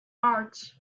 arts